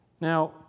Now